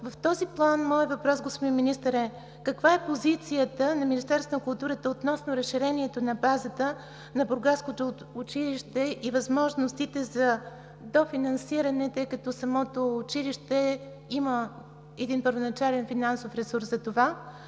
В този план моят въпрос, господин Министър, е: каква е позицията на Министерството на културата относно разширението на базата на бургаското училище и възможностите за дофинансиране, тъй като самото училище има един първоначален финансов ресурс за това?